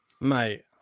Mate